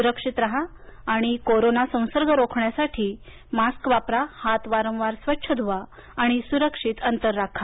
सुरक्षित राहा आणि कोरोना संसर्ग रोखण्यासाठी मास्क वापरा हात वारंवार स्वच्छ धुवा सुरक्षित अंतर ठेवा